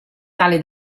tale